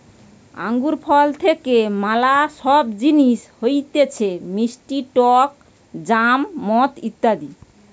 আঙ্গুর ফল থেকে ম্যালা সব জিনিস হতিছে মিষ্টি টক জ্যাম, মদ ইত্যাদি